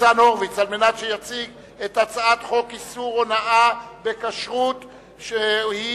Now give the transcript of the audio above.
ניצן הורוביץ להציג את הצעת חוק איסור הונאה בכשרות (תיקון,